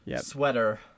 sweater